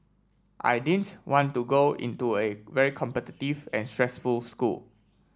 I didn't want to go into a very competitive and stressful school